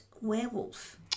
werewolf